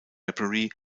library